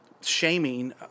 shaming